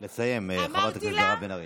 לסיים, חברת הכנסת מירב בן ארי.